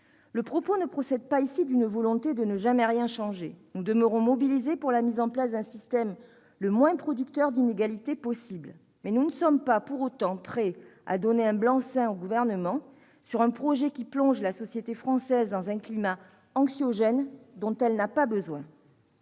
Ce propos ne procède pas d'une volonté de ne jamais rien changer : nous demeurons mobilisés pour la mise en place du système le moins producteur d'inégalités possible. Mais nous ne sommes pas prêts à donner un blanc-seing au Gouvernement sur un projet qui plonge la société française dans un climat anxiogène dont elle n'a pas besoin